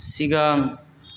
सिगां